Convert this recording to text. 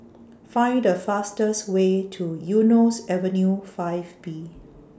Find The fastest Way to Eunos Avenue five B